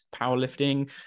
powerlifting